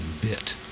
bit